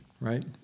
right